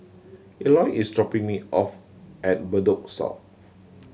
Eloy is dropping me off at Bedok South